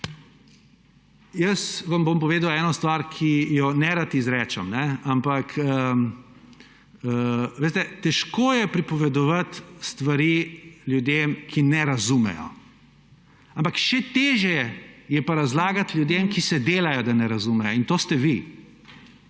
vam bom eno stvari, ki jo nerad izrečem. Ampak veste, težko je pripovedovati stvari ljudem, ki ne razumejo, ampak še težje je pa razlagati ljudem, ki se delajo, da ne razumejo; in to ste vi.